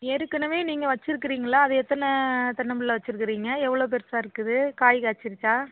ஏற்கனவே நீங்கள் வச்சிருக்குறீங்களா அது எத்தனை தென்னம்பிள்ளை வச்சிருக்குறீங்க எவ்வளோ பெருசாக இருக்குது காய் காய்ச்சிருச்சா